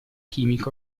chimica